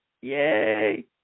yay